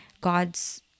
God's